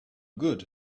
good